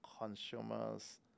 consumers